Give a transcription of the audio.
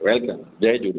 welcome जय झूलेलाल